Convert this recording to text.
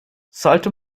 sollte